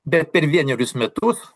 bet per vienerius metus